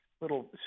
little